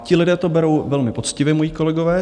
Ti lidé to berou velmi poctivě, moji kolegové.